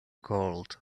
cold